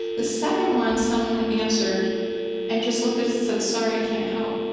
the second one, someone answered and just looked at us and said sorry, i can't help.